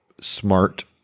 smart